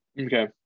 Okay